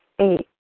Eight